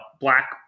Black